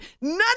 None